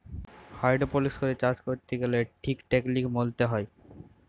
hydroponics করে চাষ ক্যরতে গ্যালে ঠিক টেকলিক মলতে হ্যয়